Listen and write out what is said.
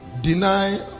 deny